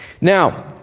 Now